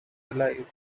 alive